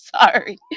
Sorry